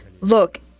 look